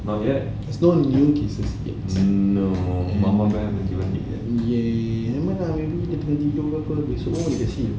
there's no new cases yet !yay! nevermind lah maybe esok ke apa esok boleh kasi apa